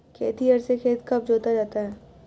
खेतिहर से खेत कब जोता जाता है?